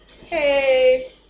hey